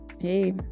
Hey